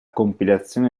compilazione